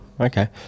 Okay